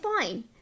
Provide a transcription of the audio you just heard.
fine